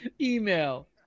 email